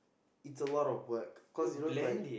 it's a lot of work because you know If I